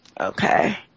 Okay